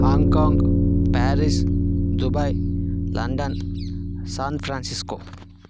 Hong Kong Paris Dubai London San Francisco